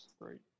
great